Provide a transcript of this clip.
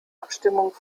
abstimmung